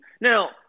Now